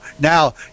now